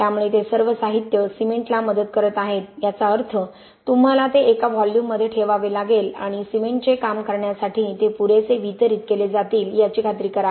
त्यामुळे ते सर्व साहित्य सिमेंटला मदत करत आहेत याचा अर्थ तुम्हाला ते एका व्हॉल्यूममध्ये ठेवावे लागेल आणि सिमेंटचे काम करण्यासाठी ते पुरेसे वितरित केले जातील याची खात्री करा